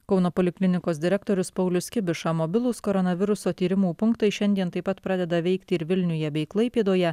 kauno poliklinikos direktorius paulius kibiša mobilūs koronaviruso tyrimų punktai šiandien taip pat pradeda veikti ir vilniuje bei klaipėdoje